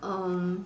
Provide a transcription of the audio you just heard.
um